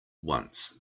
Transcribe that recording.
once